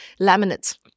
laminate